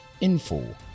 info